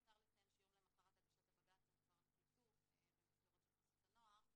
למותר לציין שיום למחרת הגשת הבג"צ הם כבר נקלטו במסגרות של חסות הנוער.